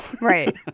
right